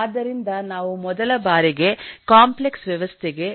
ಆದ್ದರಿಂದ ನಾವು ಮೊದಲ ಬಾರಿಗೆ ಕಾಂಪ್ಲೆಕ್ಸ್ ವ್ಯವಸ್ಥೆಗೆ